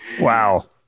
Wow